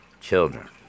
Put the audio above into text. children